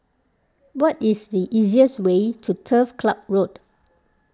what is the easiest way to Turf Club Road